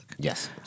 Yes